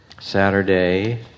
Saturday